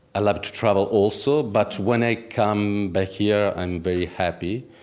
i love to travel also, but when i come back here i'm very happy,